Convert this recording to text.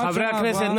חברי הכנסת,